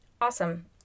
Awesome